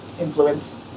influence